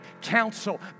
counsel